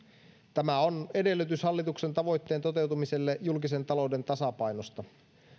tämä on edellytys hallituksen tavoitteen toteutumiselle julkisen talouden tasapainosta